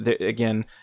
again